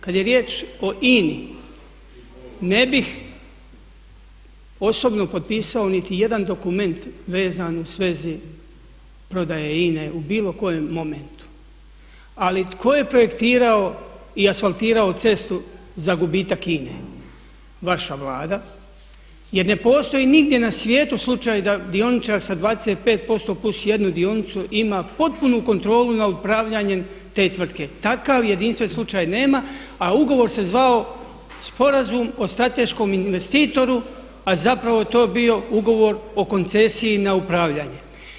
Kad je riječ o INI ne bih osobno potpisao niti jedan dokument vezan u svezi prodaje INE u bilo kojem momentu ali tko je projektirao i asfaltirao cestu za gubitak INE, vaša Vlada, jer ne postoji nigdje na svijetu slučaj da dioničar sa 25% plus 1 dionicu ima potpunu kontrolu nad upravljanjem te tvrtke, takav jedinstven slučaj nema a ugovor se zvao Sporazum o strateškom investitoru a zapravo je to bio ugovor o koncesiji na upravljanje.